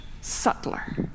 subtler